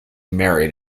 married